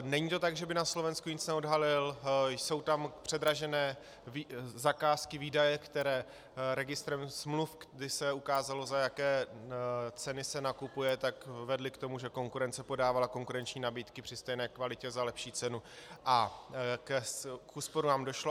Není to tak, že by na Slovensku nic neodhalil, jsou tam předražené zakázky, výdaje, které registr smluv, kdy se ukázalo, za jaké ceny se nakupuje, tak vedly k tomu, že konkurence podávala konkurenční nabídky při stejné kvalitě za lepší cenu a k úsporám došlo.